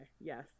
Yes